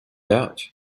out